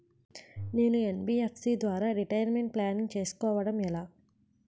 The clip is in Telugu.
నేను యన్.బి.ఎఫ్.సి ద్వారా రిటైర్మెంట్ ప్లానింగ్ చేసుకోవడం ఎలా?